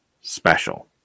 special